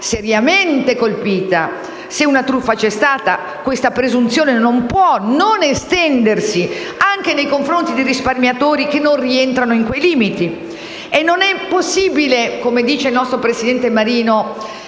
seriamente colpita - questa presunzione non può non estendersi anche nei confronti dei risparmiatori che non rientrano in quei limiti. Non è possibile, come dice il nostro presidente Marino,